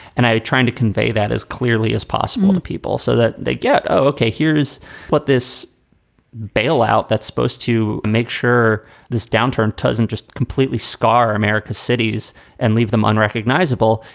and i tried to convey that as clearly as possible to people so that they get ok, here's what this bailout that's supposed to make sure this downturn doesn't just completely scar america's cities and leave them unrecognizable.